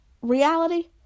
Reality